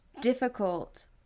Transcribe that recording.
difficult